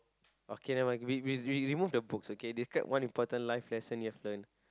okay never mind we we we remove the books okay describe one important life lesson you've learnt